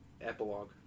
epilogue